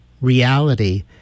reality